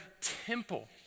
temple